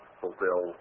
fulfill